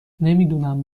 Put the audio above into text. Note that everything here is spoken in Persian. نمیدونم